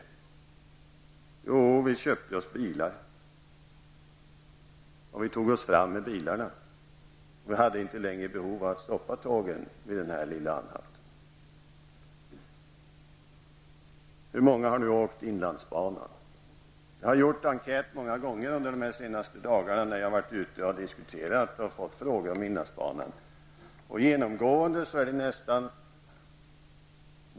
Jo, vi köpte oss bilar och tog oss fram med dem. Vi hade inte längre behov av att tågen stannade vid den här anhalten. Hur många är det som har åkt inlandsbanan? Jag har flera gånger gjort enkäter när jag har varit ute och diskuterat och fått frågor om inlandsbanan. Handuppräckningarna har genomgående varit lika med noll.